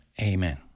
Amen